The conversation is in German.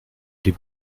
die